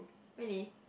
really